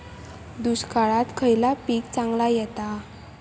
दुष्काळात खयला पीक चांगला येता?